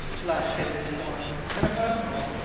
black-headed swans, and above all,